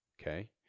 okay